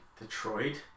Detroit